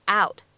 out